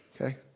Okay